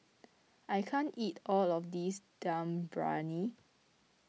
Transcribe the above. I can't eat all of this Dum Briyani